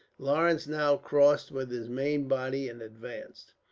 lawrence now crossed with his main body and advanced.